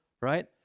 right